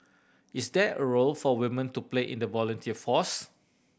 is there a role for women to play in the volunteer force